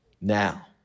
Now